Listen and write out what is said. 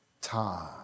time